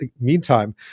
Meantime